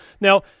Now